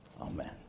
Amen